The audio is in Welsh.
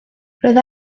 roedd